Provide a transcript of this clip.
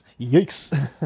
yikes